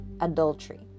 adultery